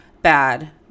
bad